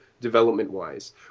development-wise